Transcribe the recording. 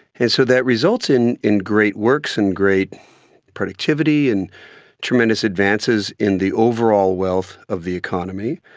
and so that results in in great works and great productivity and tremendous advances in the overall wealth of the economy.